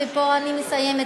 ופה אני מסיימת,